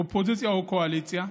אופוזיציה או קואליציה.